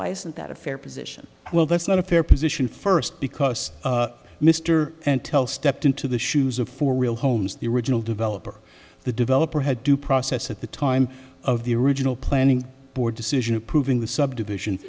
that a fair position well that's not a fair position first because mr and tell stepped into the shoes of for real homes the original developer the developer had due process at the time of the original planning board decision approving the subdivision